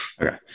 Okay